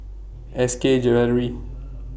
S K Jewellery